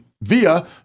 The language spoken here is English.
via